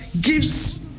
gives